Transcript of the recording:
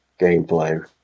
gameplay